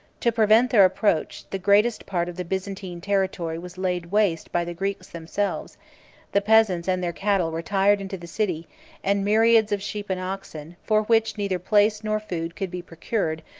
to prevent their approach, the greatest part of the byzantine territory was laid waste by the greeks themselves the peasants and their cattle retired into the city and myriads of sheep and oxen, for which neither place nor food could be procured,